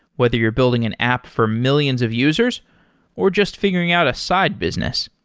whether you're building an app for millions of users or just figuring out a side business.